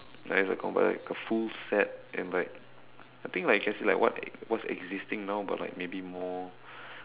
ya it's a compi~ like a full set and like I think like you can say like what what's existing now but like maybe more